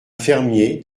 fermier